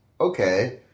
okay